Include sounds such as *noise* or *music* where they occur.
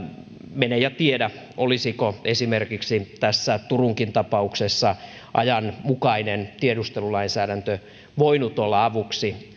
mene ja tiedä olisiko esimerkiksi turunkin tapauksessa ajanmukainen tiedustelulainsäädäntö voinut olla avuksi *unintelligible*